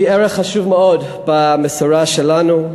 הוא ערך חשוב מאוד במסורה שלנו,